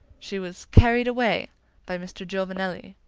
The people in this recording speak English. she was carried away by mr. giovanelli.